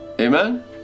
Amen